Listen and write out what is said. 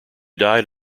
died